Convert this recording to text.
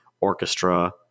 orchestra